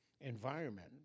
environment